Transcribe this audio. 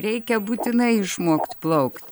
reikia būtinai išmokt plaukt